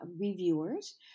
reviewers